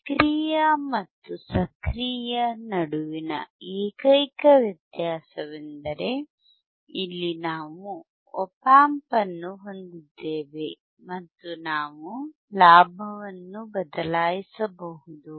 ನಿಷ್ಕ್ರಿಯ ಮತ್ತು ಸಕ್ರಿಯ ನಡುವಿನ ಏಕೈಕ ವ್ಯತ್ಯಾಸವೆಂದರೆ ಇಲ್ಲಿ ನಾವು ಆಪ್ ಆಂಪ್ ಅನ್ನು ಹೊಂದಿದ್ದೇವೆ ಮತ್ತು ನಾವು ಲಾಭವನ್ನು ಬದಲಾಯಿಸಬಹುದು